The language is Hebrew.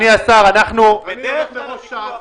אני אצביע נגדה עכשיו.